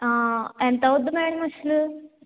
ఎంతవుతుంది మేడం అసలు